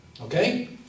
Okay